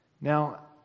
Now